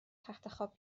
تختخواب